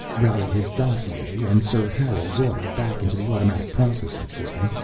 routed his dossier and sir harold's order back into the automatic processing system,